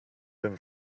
been